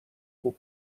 خوب